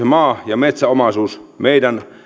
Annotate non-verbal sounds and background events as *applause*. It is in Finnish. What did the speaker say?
*unintelligible* maa ja metsäomaisuus meidän